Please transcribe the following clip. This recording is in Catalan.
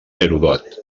heròdot